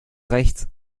rechts